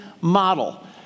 model